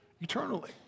eternally